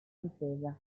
difesa